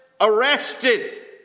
arrested